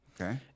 Okay